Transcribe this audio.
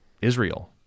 Israel